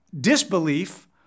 disbelief